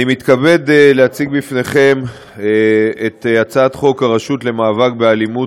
אני מתכבד להציג בפניכם את הצעת חוק הרשות למאבק באלימות,